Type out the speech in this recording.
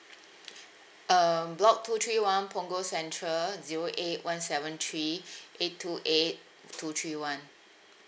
um block two three one punggol central zero eight one seven three eight two eight two three one